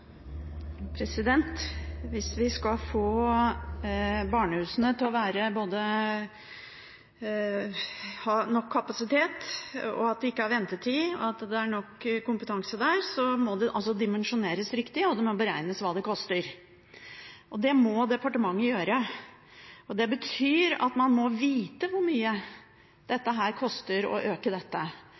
Hvis vi skal få barnehusene til både å ha nok kapasitet og at de ikke har ventetid, og at det er nok kompetanse der, må det dimensjoneres riktig, og det må beregnes hva det koster, og det må departementet gjøre. Det betyr at man må vite hvor mye det koster å øke dette.